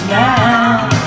now